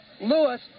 Lewis